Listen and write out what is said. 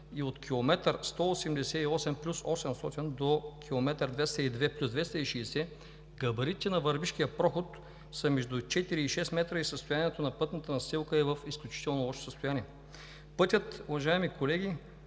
От км 188+800 до км 202+260 габаритите на Върбишкия проход са между 4 и 6 метра и състоянието на пътната настилка е в изключително лошо състояние. Уважаеми колеги,